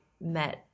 met